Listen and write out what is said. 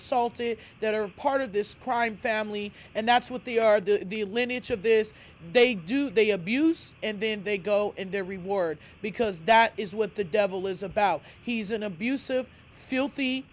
assaulted that are part of this crime family and that's what they are doing the lineage of this they do they abuse and then they go in their reward because that is what the devil is about he's an abusive filthy